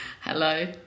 Hello